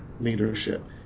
leadership